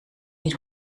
niet